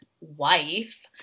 wife